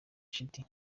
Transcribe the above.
shiti